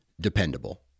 dependable